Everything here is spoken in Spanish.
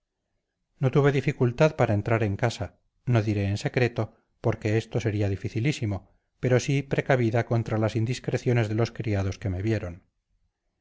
no tuve dificultad para entrar en casa no diré en secreto porque esto era dificilísimo pero sí precavida contra las indiscreciones de los criados que me vieron